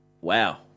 Wow